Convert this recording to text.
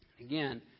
Again